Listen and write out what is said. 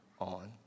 on